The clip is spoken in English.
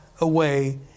away